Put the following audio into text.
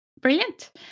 brilliant